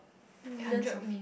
millions of